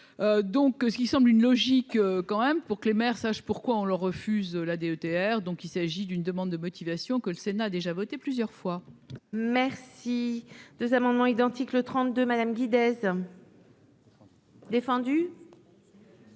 donc, ce qui semble une logique quand même pour que les maires sache pourquoi on le refuse, la DETR, donc il s'agit d'une demande de motivation que le Sénat déjà voté plusieurs fois. Merci, 2 amendements identiques le 32 madame. Défendu.